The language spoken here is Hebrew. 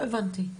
לא הבנתי,